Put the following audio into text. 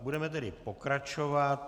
Budeme tedy pokračovat.